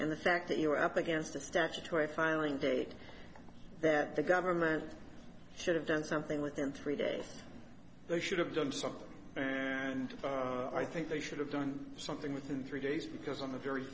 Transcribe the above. and the fact that you were up against a statutory filing date that the government should have done something within three days they should have done something and i think they should have done something within three days because